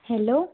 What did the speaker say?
hello